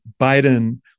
Biden